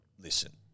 listen